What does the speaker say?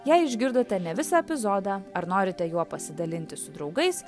jei išgirdote ne visą epizodą ar norite juo pasidalinti su draugais